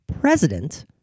president